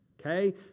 Okay